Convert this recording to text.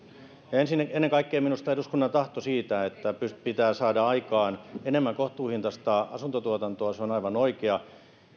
ja ennen kaikkea minusta eduskunnan tahto siitä että pitää saada aikaan enemmän kohtuuhintaista asuntotuotantoa on aivan oikea